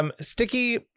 Sticky